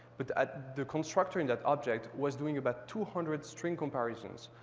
but ah the constructor in that object was doing about two hundred string comparisons.